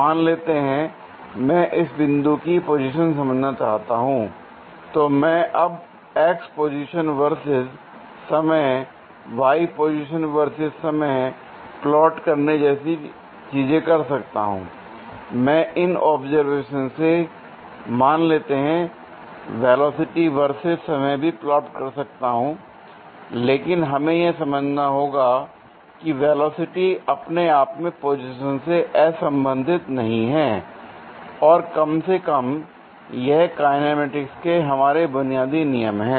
मान लेते हैं मैं इस बिंदु की पोजीशन समझना चाहता हूं lतो मैं अब x पोजिशन वर्सेस समय y पोजीशन वर्सेस समय प्लॉट करने जैसी चीजें कर सकता हूं l मैं इन ऑब्जर्वेशंस से मान लेते हैं वेलोसिटी वर्सेस समय भी प्लॉट कर सकता हूं l लेकिन हमें यह समझना होगा कि वेलोसिटी अपने आप में पोजीशन से असंबंधित नहीं है और कम से कम यह काईनेमैटिक्स के हमारे बुनियादी नियम हैं